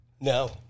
No